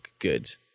good